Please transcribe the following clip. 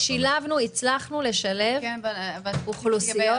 הצלחנו לשלב אוכלוסיות.